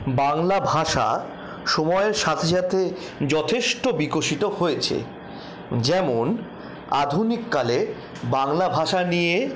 বাংলা ভাষা সময়ের সাথে সাথে যথেষ্ট বিকশিত হয়েছে যেমন আধুনিক কালে বাংলা ভাষা নিয়ে